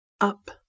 up